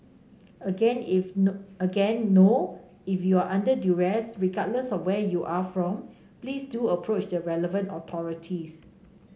again if no again no if you are under duress regardless of where you are from please do approach the relevant authorities